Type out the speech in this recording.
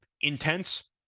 intense